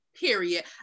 Period